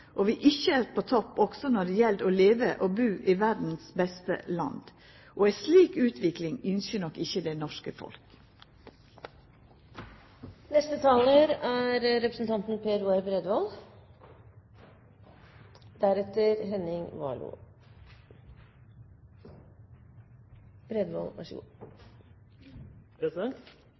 og at vi ikkje er på topp også når det gjeld å leva og bu i verdas beste land. Ei slik utvikling ønskjer nok ikkje det norske folket. Fremskrittspartiet mener mer innovasjon er